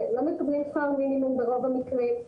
לא מקבלים שכר מינימום ברוב המקרים.